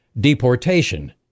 deportation